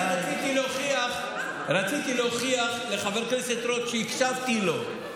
אני רציתי להוכיח לחבר הכנסת רוט שהקשבתי לו,